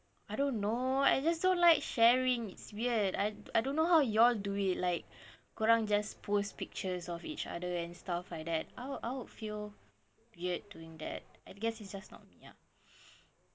I don't know I just don't like sharing it's weird I I don't know how you all do it like kau orang just post pictures of each other and stuff like that I'll I'll feel weird doing that I guess it's just not me ah